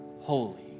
holy